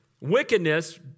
wickedness